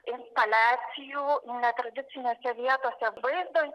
instaliacijų netradicinėse vietose vaizdo